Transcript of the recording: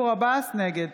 נגד